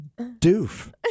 doof